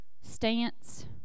stance